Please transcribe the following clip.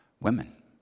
Women